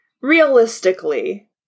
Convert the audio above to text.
realistically